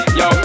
yo